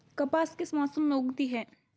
कपास किस मौसम में उगती है?